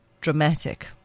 dramatic